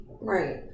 Right